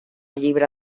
llibre